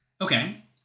Okay